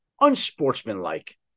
unsportsmanlike